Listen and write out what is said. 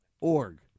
org